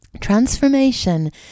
Transformation